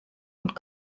und